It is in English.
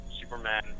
Superman